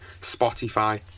Spotify